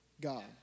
God